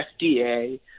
FDA